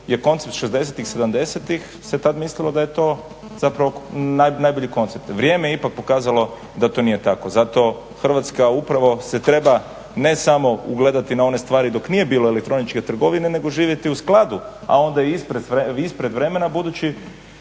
je koncept '60.-tih, '70.-tih se tada mislilo da je to zapravo najbolji koncept, vrijeme je ipak pokazalo da to nije tako. Zato Hrvatska upravo se treba ne samo ugledati na one stvari dok nije bilo elektroničke trgovine nego živjeti u skladu a onda i ispred vremena budući